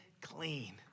clean